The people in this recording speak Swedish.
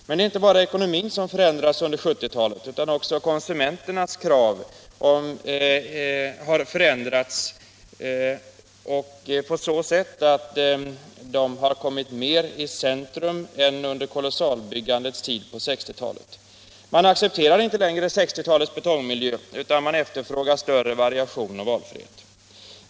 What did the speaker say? Men det är inte bara ekonomin som förändrats under 1970-talet, utan också konsumenternas krav har förändrats på så sätt att de har kommit mer i centrum än under kolossalbyggandets tid på 1960-talet. Man accepterar inte längre 1960-talets betongmiljö, utan man efterfrågar större variation och valfrihet.